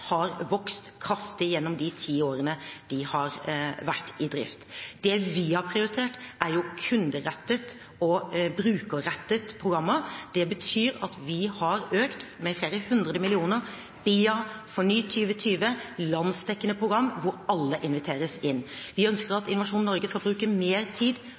har vokst kraftig gjennom de ti årene de har vært i drift. Det vi har prioritert, er kunderettede og brukerrettede programmer. Det betyr at vi har økt med flere hundre millioner til BIA og til FORNY2020 – landsdekkende programmer hvor alle inviteres inn. Vi ønsker at Innovasjon Norge skal bruke mer tid på kundene og mindre tid